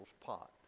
pot